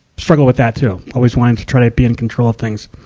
struggle with that, too. always wanting to try to be in control of things.